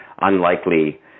unlikely